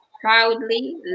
proudly